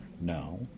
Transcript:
No